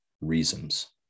reasons